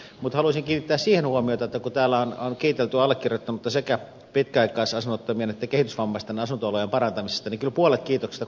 mutta haluaisin kiinnittää siihen huomiota että kun täällä on kiitelty allekirjoittanutta sekä pitkäaikaisasunnottomien että kehitysvammaisten asunto olojen parantamisesta niin kyllä puolet kiitoksista kuuluu stmlle